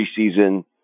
preseason